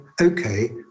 Okay